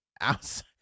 outside